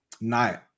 night